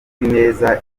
neza